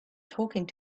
talking